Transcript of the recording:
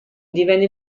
divenne